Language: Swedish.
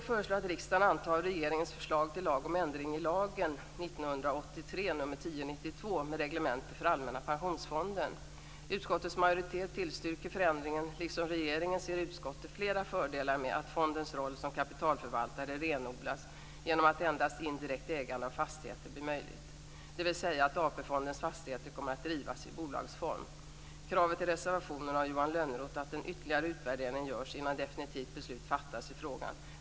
Det är en häst som uppträder i en rodeo. med reglemente för Allmänna pensionsfonden. Utskottets majoritet tillstyrker förändringen. Liksom regeringen ser utskottet flera fördelar med att fondens roll som kapitalförvaltare renodlas genom att endast indirekt ägande av fastigheter blir möjligt, dvs. att AP-fondens fastigheter kommer att drivas i bolagsform. Utskottet instämmer inte i Johan Lönnroths reservationskrav att en ytterligare utvärdering skall göras innan definitivt beslut fattas i frågan.